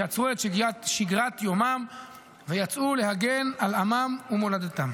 שעצרו את שגרת יומם ויצאו להגן על עמם ומולדתם.